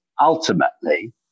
Ultimately